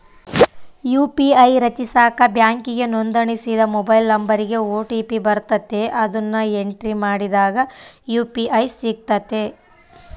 UPI ರಚಿಸಾಕ ಬ್ಯಾಂಕಿಗೆ ನೋಂದಣಿಸಿದ ಮೊಬೈಲ್ ನಂಬರಿಗೆ ಓ.ಟಿ.ಪಿ ಬರ್ತತೆ, ಅದುನ್ನ ಎಂಟ್ರಿ ಮಾಡಿದಾಗ ಯು.ಪಿ.ಐ ಸಿಗ್ತತೆ